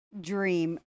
dream